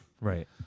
Right